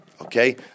Okay